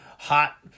hot